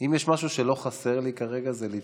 אם יש משהו שלא חסר לי כרגע זה להתראיין.